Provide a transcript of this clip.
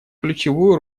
ключевую